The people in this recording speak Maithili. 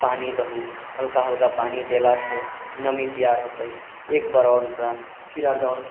पाइन दहऽ हल्का हल्का पानी देलासँ नमी तैयार होतै एक बार आओर ओकरा फिराडोन